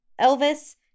Elvis